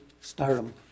stardom